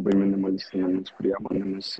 labai minimalistinėmis priemonėmis